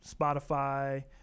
Spotify